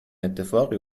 اتفاقی